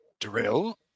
Drill